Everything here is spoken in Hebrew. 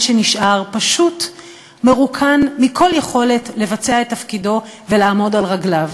שנשאר פשוט מרוקן מכל יכולת לבצע את תפקידו ולעמוד על רגליו.